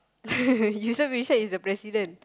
Yusof-Ishak is the president